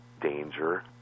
danger